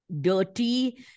dirty